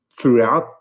throughout